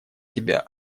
себя